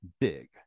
big